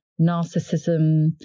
narcissism